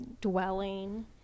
dwelling